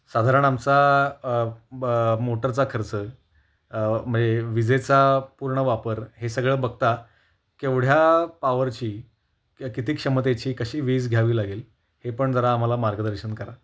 साधारण आमचा ब मोटरचा खर्च म्हणजे विजेचा पूर्ण वापर हे सगळं बघता केवढ्या पावरची किंवा किती क्षमतेची कशी वीज घ्यावी लागेल हे पण जरा आम्हाला मार्गदर्शन करा